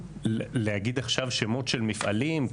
להגיד עכשיו שמות של מפעלים?